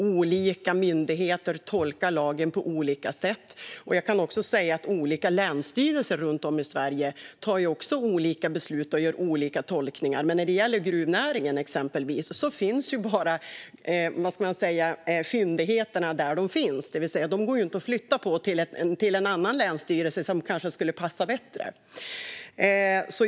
Olika myndigheter tolkar lagen på olika sätt, och jag kan också säga att olika länsstyrelser runt om i Sverige också fattar olika beslut och gör olika tolkningar. När det gäller exempelvis gruvnäringen finns fyndigheterna bara där de finns - det går inte att flytta på dem till en annan länsstyrelse som kanske skulle passa bättre.